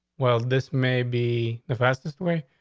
well, this may be the fastest way.